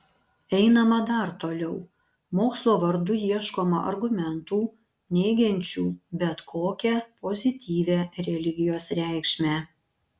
einama dar toliau mokslo vardu ieškoma argumentų neigiančių bet kokią pozityvią religijos reikšmę